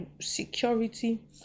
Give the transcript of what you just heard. security